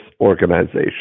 organization